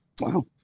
Wow